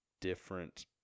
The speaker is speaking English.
different